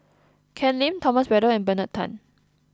Ken Lim Thomas Braddell and Bernard Tan